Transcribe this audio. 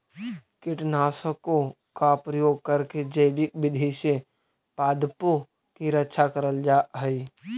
कीटनाशकों का प्रयोग करके जैविक विधि से पादपों की रक्षा करल जा हई